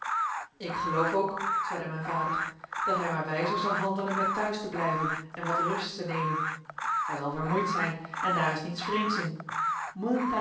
ik geloof ook zeide mijn vader dat hij maar wijzer zal handelen met te huis te blijven en wat rust te nemen hij zal vermoeid zijn en daar is niets vreemds in